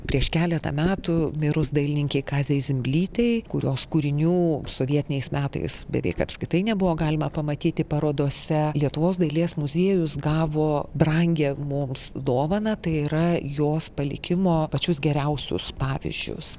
prieš keletą metų mirus dailininkei kazei zimblytei kurios kūrinių sovietiniais metais beveik apskritai nebuvo galima pamatyti parodose lietuvos dailės muziejus gavo brangią mums dovaną tai yra jos palikimo pačius geriausius pavyzdžius